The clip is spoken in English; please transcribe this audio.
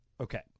Okay